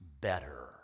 Better